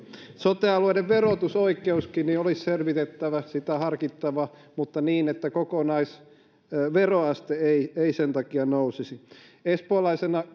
sote alueiden verotusoikeuskin olisi selvitettävä sitä harkittava mutta niin että kokonaisveroaste ei ei sen takia nousisi espoolaisena